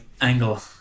angle